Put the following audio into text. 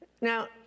Now